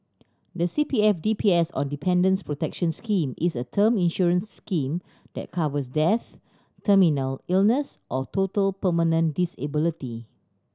the C P F D P S or Dependants' Protection Scheme is a term insurance scheme that covers death terminal illness or total permanent disability